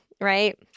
right